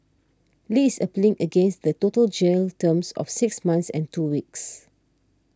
Li is appealing against the total jail term of six months and two weeks